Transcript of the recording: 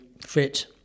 fit